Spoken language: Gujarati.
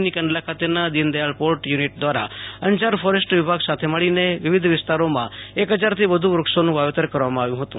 ની કંડલા ખાતેના દીનદથાળ પોર્ટ યુનિટ દ્વારા અંજાર ફોરેસ્ટ વિભાગ સાથે મળીને વિવિધ વિસ્તારોમાં એક હજારથી વધુ વૃક્ષોનું વાવેતર કરવામાં આવ્યું હતું